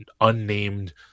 unnamed